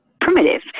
primitive